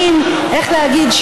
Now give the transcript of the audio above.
מין איך להגיד?